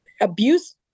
abuse